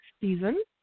season